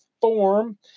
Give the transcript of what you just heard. form